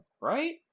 right